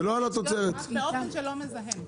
באופן שלא מזהם.